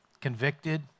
convicted